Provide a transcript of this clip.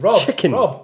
chicken